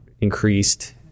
increased